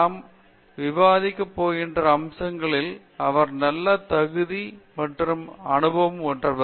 நாம் விவாதிக்கப் போகிற அம்சங்களில் அவர் நல்ல தகுதி மற்றும் நன்கு அனுபவம் பெற்றவர்